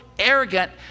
arrogant